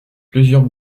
plusieurs